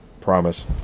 promise